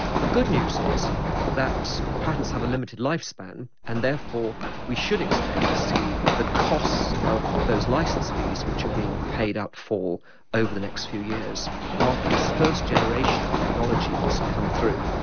the good news is that patents have a limited life span and therefore we should expect to see the costs of those licence fees which are being paid out for over the next few years after this first generation of technology has come through.